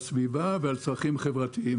על סביבה ועל צרכים חברתיים.